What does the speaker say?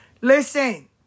Listen